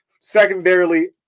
Secondarily